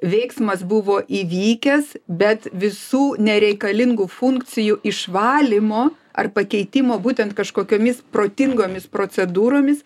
veiksmas buvo įvykęs bet visų nereikalingų funkcijų išvalymo ar pakeitimo būtent kažkokiomis protingomis procedūromis